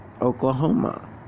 Oklahoma